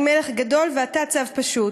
'אל תבכה בלי רשות, / אני מלך גדול ואתה צב פשוט,